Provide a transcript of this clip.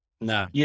No